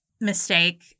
mistake